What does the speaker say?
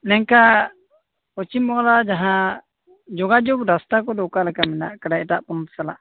ᱱᱚᱝᱠᱟ ᱯᱚᱪᱷᱤᱢ ᱵᱚᱝᱞᱟ ᱡᱟᱦᱟᱸ ᱡᱳᱜᱟᱡᱳᱜᱽ ᱨᱟᱥᱛᱟ ᱠᱚᱫᱚ ᱚᱠᱟᱞᱮᱠᱟ ᱢᱮᱱᱟᱜ ᱟᱠᱟᱫᱟ ᱮᱴᱟᱜ ᱯᱚᱱᱚᱛ ᱥᱟᱞᱟᱜ